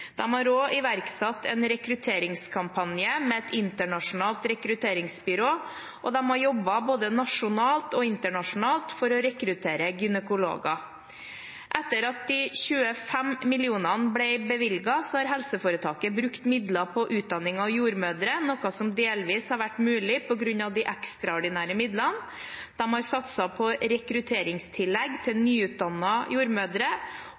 har også iverksatt en rekrutteringskampanje med et internasjonalt rekrutteringsbyrå, og de har jobbet både nasjonalt og internasjonalt for å rekruttere gynekologer. Etter at de 25 mill. kr ble bevilget, har helseforetaket brukt midler på utdanning av jordmødre, noe som delvis har vært mulig på grunn av de ekstraordinære midlene. De har satset på rekrutteringstillegg til nyutdannede jordmødre,